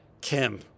Kim